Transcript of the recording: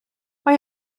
mae